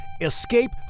Escape